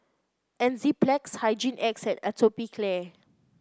Enzyplex Hygin X and Atopiclair